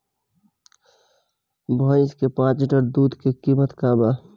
भईस के पांच लीटर दुध के कीमत का बा?